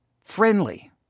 Friendly